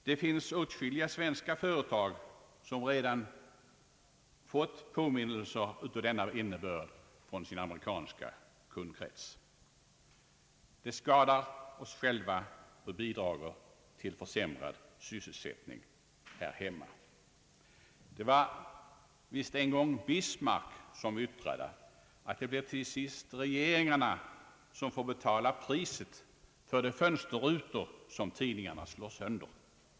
Det finns åtskilliga svenska företag som redan fått påminnelser av denna innebörd från sin amerikanska kundkrets. Det skadar oss själva och bidrager till försämrad sysselsättning här hemma. Det var visst Bismarck som en gång yttrade att det blir till sist regeringarna som får betala priset för de fönsterrutor som tidningarna slår sönder.